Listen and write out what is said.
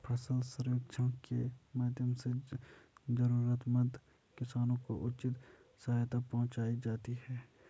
फसल सर्वेक्षण के माध्यम से जरूरतमंद किसानों को उचित सहायता पहुंचायी जाती है